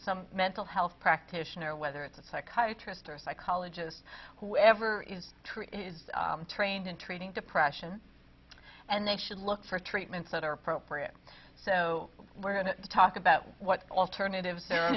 some mental health practitioner whether it's a psychiatrist or psychologist whoever is true is trained in treating depression and they should look for treatments that are appropriate so we're going to talk about what alternatives